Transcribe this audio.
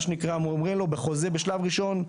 מה שנקרא, הם אומרים לו בחוזה, בשלב ראשון,